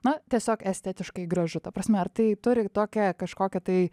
na tiesiog estetiškai gražu ta prasme ar tai turi tokią kažkokią tai